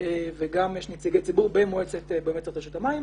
וגם יש נציגי ציבור במועצת רשות המים.